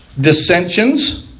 Dissensions